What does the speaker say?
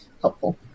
helpful